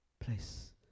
place